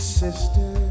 sister